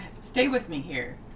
stay-with-me-here